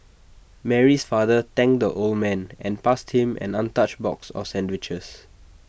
Mary's father thanked the old man and passed him an untouched box of sandwiches